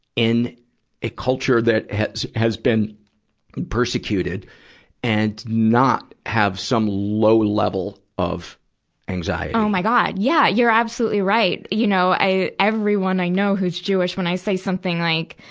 in a culture that has, has been persecuted and not have some low-level of anxiety? anxiety? oh my god. yeah, you're absolutely right. you know, i, everyone i know who's jewish, when i say something, like,